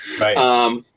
Right